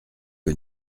que